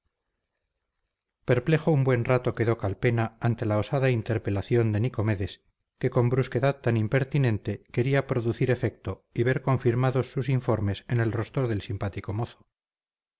perplejo un buen rato quedó calpena ante la osada interpelación de nicomedes que con brusquedad tan impertinente quería producir efecto y ver confirmados sus informes en el rostro del simpático mozo